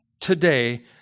today